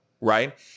right